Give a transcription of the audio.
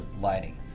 lighting